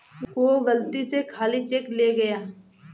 वो गलती से खाली चेक ले गया